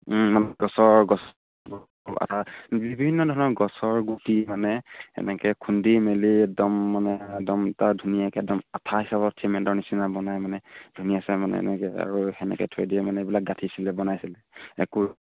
গছৰ গছ বিভিন্ন ধৰণৰ গছৰ গুটি মানে এনেকৈ খুন্দি মেলি একদম মানে একদম তাৰ ধুনীয়াকৈ একদম আঠা হিচাপত চিমেণ্টৰ নিচিনা বনায় মানে ধুনীয়াচে মানে এনেকৈ আৰু তেনেকৈ থৈ দিয়ে মানে এইবিলাক গাঁঠিছিলে বনাইছিলে একো